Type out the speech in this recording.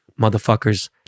motherfuckers